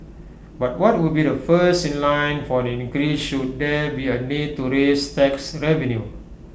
but what would be the first in line for an increase should there be A need to raise tax revenue